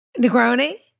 Negroni